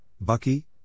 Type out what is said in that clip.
Bucky